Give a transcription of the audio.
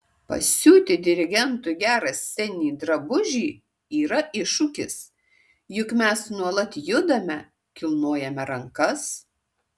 pasiūti dirigentui gerą sceninį drabužį yra iššūkis juk mes nuolat judame kilnojame rankas